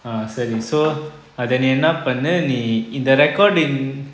ah சேரி:seri so என்ன பானு நீ இந்த:enna pannu nee intha recording